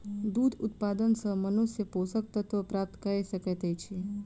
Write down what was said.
दूध उत्पाद सॅ मनुष्य पोषक तत्व प्राप्त कय सकैत अछि